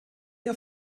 ihr